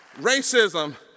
Racism